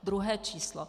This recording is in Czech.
Druhé číslo.